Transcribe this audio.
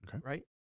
right